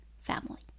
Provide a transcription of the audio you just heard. family